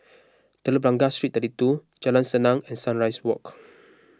Telok Blangah Street thirty two Jalan Senang and Sunrise Walk